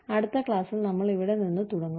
അടുത്ത ക്ലാസ്സിൽ നമ്മൾ ഇവിടെ നിന്ന് തുടങ്ങും